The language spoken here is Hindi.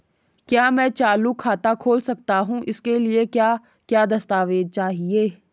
क्या मैं चालू खाता खोल सकता हूँ इसके लिए क्या क्या दस्तावेज़ चाहिए?